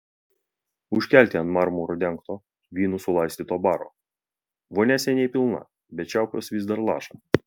užkelti ant marmuru dengto vynu sulaistyto baro vonia seniai pilna bet čiaupas vis dar laša